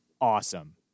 awesome